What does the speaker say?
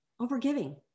overgiving